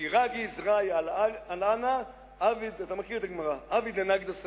"כד רגיז רעיא על ענא עביד לנגדא סמותא".